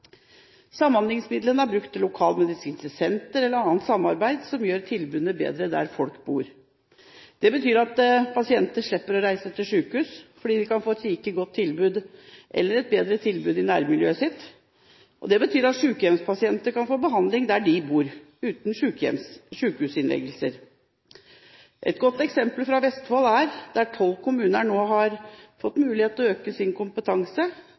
Samhandlingsmidlene er brukt til lokalmedisinske sentre eller annet samarbeid som gjør tilbudene bedre der folk bor. Det betyr at pasienter slipper å reise til sykehus, fordi de kan få et like godt tilbud, eller et bedre tilbud, i nærmiljøet sitt. Det betyr at sykehjemspasienter kan få behandling der de bor, uten sykehusinnleggelser. Et godt eksempel er Vestfold, der tolv kommuner nå har fått mulighet til å øke de ansattes kompetanse